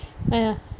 !aiya!